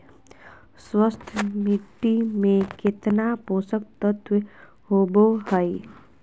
स्वस्थ मिट्टी में केतना पोषक तत्त्व होबो हइ?